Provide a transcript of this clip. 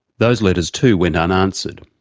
those letters too went unanswered.